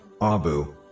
Abu